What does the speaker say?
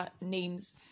names